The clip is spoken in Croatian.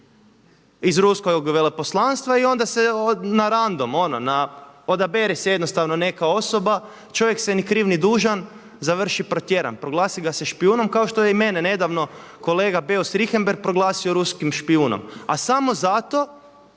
iz Ruskog veleposlanstva i onda se …/Govornik se ne razumije./… odabere se jednostavno neka osoba, čovjek se ni kriv ni dužan završi protjeran, proglasi ga se špijunom kao što je i mene nedavno kolega Beus-Richemberhg proglasio ruskim špijunom a samo zato